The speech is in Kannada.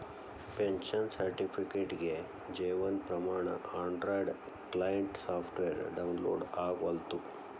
ಪೆನ್ಷನ್ ಸರ್ಟಿಫಿಕೇಟ್ಗೆ Jeevan Pramaan Android client software download ಆಗವಲ್ತು